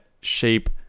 shape